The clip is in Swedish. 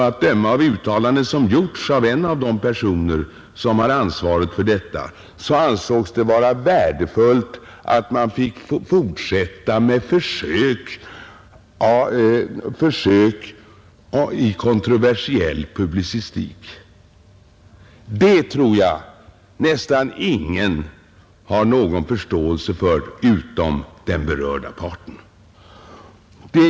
Att döma av uttalanden som gjorts av en av de personer som har ansvaret för bidragsgivningen ansågs det ändå vara värdefullt att tidskriften fick fortsätta med försök i kontroversiell publicistik. Det tror jag nästan ingen har förståelse för utom den berörda parten.